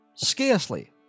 Scarcely